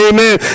Amen